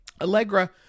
Allegra